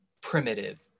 primitive